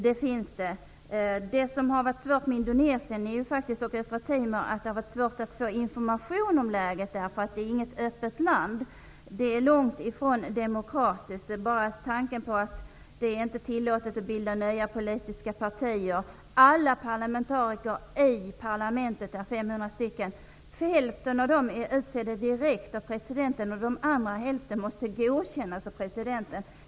Det svåra med Indonesien och Östra Timor är att det har varit svårt att få information om läget, eftersom Indonesien inte är ett öppet land. Det är långt ifrån demokratiskt. Man kan bara tänka på att det inte är tillåtet att bilda nya politiska partier. Av alla parlamentariker i parlamentet, 500 stycken, är hälften utsedda direkt av presidenten, och den andra hälften måste godkännas av presidenten.